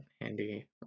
handy